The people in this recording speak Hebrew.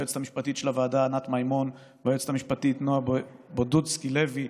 היועצת המשפטית של הוועדה ענת מימון והיועצת המשפטית נועה ברודסקי לוי,